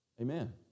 Amen